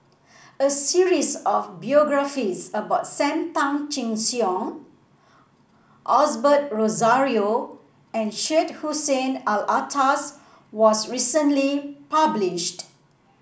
a series of biographies about Sam Tan Chin Siong Osbert Rozario and Syed Hussein Alatas was recently published